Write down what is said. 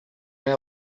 our